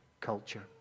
culture